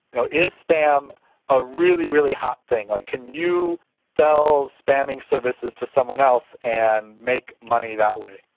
you know is spam a really, really hot thing. like can you sell spamming services to someone else and make money that way?